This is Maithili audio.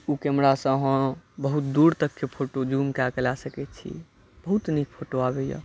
ओ कैमरासँ हम बहुत दूर तकके फोटो ज़ूम कए कऽ लऽ सकै छी बहुत नीक फोटो आबैया